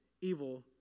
evil